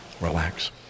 relax